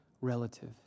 relative